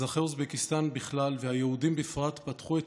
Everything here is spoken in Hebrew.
אזרחי אוזבקיסטן בכלל והיהודים בפרט פתחו את